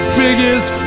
biggest